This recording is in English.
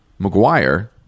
McGuire